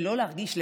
ולא להרגיש לבד,